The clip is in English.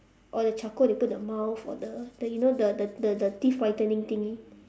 or the charcoal they put the mouth or the then you know the the the the teeth whitening thingy